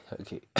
okay